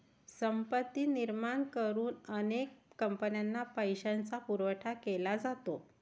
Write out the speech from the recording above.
संपत्ती निर्माण करून अनेक कंपन्यांना पैशाचा पुरवठा केला जातो